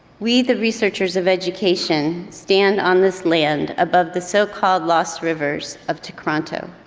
we, the researchers of education, stand on this land above the so called lost rivers of toronto.